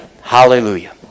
Hallelujah